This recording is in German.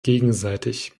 gegenseitig